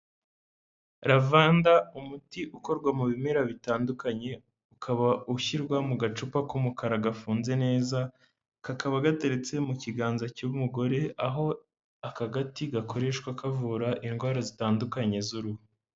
Ravanda, umuti ukorwa mu bimera bitandukanye, ukaba ushyirwa mu gacupa k'umukara gafunze neza, kakaba gateretse mu kiganza cy'umugore, aho aka gati gakoreshwa kavura indwara zitandukanye z'uruhu.